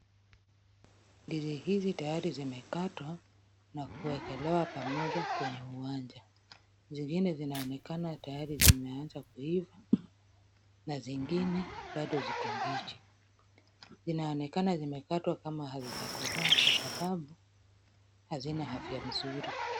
Ndizi hizi tayari zimekatwa na kuekelewa pamoja kwenye uwanja. Zingine zinaonekana tayari zimeanza kuiva, na zingine bado ziko mbichi. Zinaonekana zimekatwa kama hazijakomaa kwa sababu hazina afya mzuri.